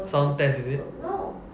sound test is it